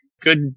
good